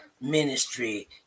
ministry